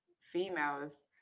females